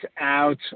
out